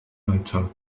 little